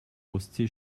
ostsee